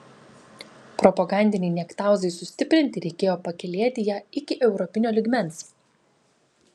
propagandinei niektauzai sustiprinti reikėjo pakylėti ją iki europinio lygmens